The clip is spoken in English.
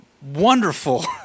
wonderful